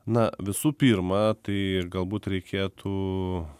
na visų pirma tai galbūt reikėtų